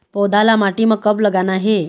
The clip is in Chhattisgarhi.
पौधा ला माटी म कब लगाना हे?